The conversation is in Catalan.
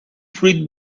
fruit